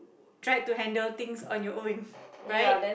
tried to handle things on your own right